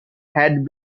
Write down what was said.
had